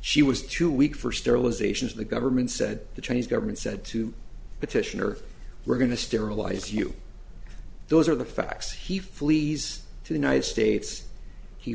she was too weak for sterilizations the government said the chinese government said to petitioner we're going to sterilize you those are the facts he flees to the united states he